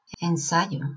ensayo